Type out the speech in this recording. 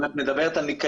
אם את מדברת על ניקיון.